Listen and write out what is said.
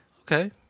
okay